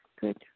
good